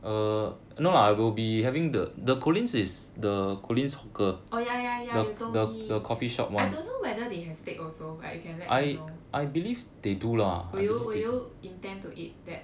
oh ya ya ya you told me I don't know whether they have steak also right you can let me know will you will you intend to eat that